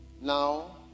now